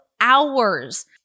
hours